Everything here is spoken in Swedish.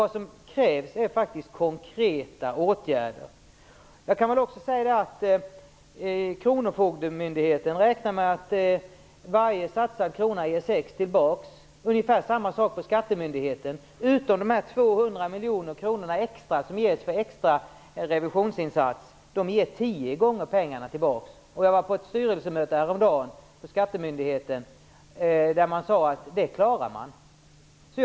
Vad som krävs är konkreta åtgärder. Kronofogdemyndigheterna räknar med att varje satsad krona ger sex tillbaka. Det är ungefär samma sak för skattemyndigheterna. Det gäller dock inte de 200 miljoner kronor som satsas för extra revisionsinsatser. De ger tio gånger pengarna tillbaka. Jag var på ett styrelsemöte häromdagen för skattemyndigheten. Där sades att man klarar att ta in så mycket pengar.